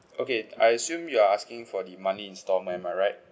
okay I assume you're asking for the monthly instalment am I right